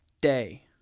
day